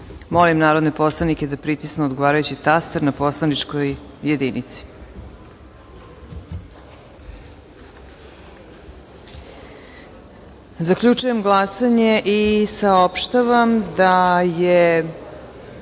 Jović. Molim narodne poslanike da pritisnu odgovarajući taster na poslaničkoj jedinici. Zaključujem glasanje i saopštavam: za –